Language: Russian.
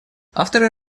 авторы